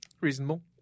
Reasonable